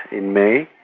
in may,